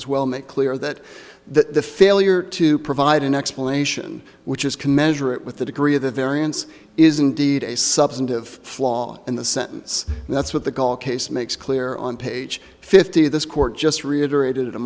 as well make clear that that the failure to provide an explanation which is can measure it with the degree of the variance is indeed a substantive flaw in the sentence and that's what the goal case makes clear on page fifty of this court just reiterated it a